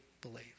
believe